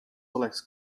oleks